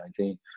2019